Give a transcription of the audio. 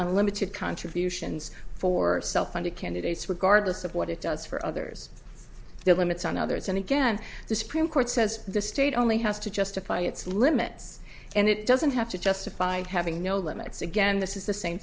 unlimited contributions for self funded candidates regardless of what it does for others the limits on others and again the supreme court says the state only has to justify its limits and it doesn't have to justify having no luck it's again this is the same